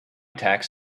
tax